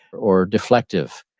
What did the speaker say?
or deflective.